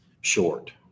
short